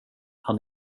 han